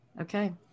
Okay